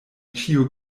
ĉiu